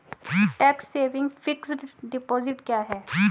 Tax saving fixed deposit क्या है?